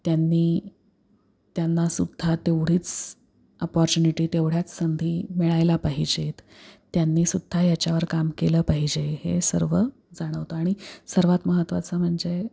त्यांनी त्यांना सुद्धा तेवढीच अपॉर्च्युनिटी तेवढ्याच संधी मिळायला पाहिजेत त्यांनी सुद्धा ह्याच्यावर काम केलं पाहिजे हे सर्व जाणवतं आणि सर्वात महत्त्वाचं म्हणजे